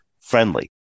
friendly